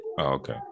Okay